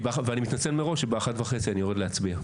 ואני מתנצל מראש שבאחת וחצי אני יורד להצביע.